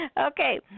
Okay